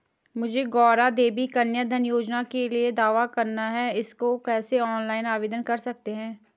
मुझे गौरा देवी कन्या धन योजना के लिए दावा करना है इसको कैसे ऑनलाइन आवेदन कर सकते हैं?